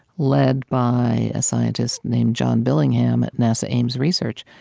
led by a scientist named john billingham at nasa ames research.